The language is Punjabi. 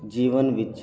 ਜੀਵਨ ਵਿੱਚ